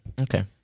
Okay